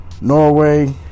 Norway